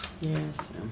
Yes